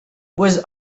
was